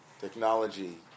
technology